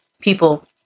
people